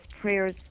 prayers